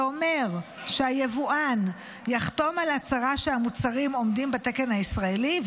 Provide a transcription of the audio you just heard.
זה אומר שהיבואן יחתום על הצהרה שהמוצרים עומדים בתקן הישראלי,